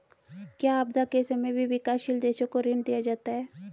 क्या आपदा के समय भी विकासशील देशों को ऋण दिया जाता है?